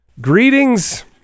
Greetings